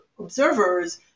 observers